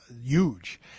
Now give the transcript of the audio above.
huge